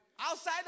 outside